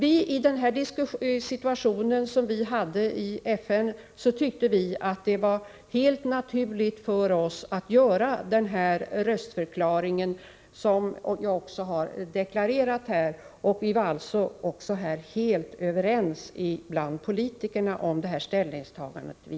I den situation som vi hade i FN tyckte vi att det var helt naturligt för oss att göra vår röstförklaring, som jag också deklarerat här. Politikerna var helt överens om detta ställningstagande.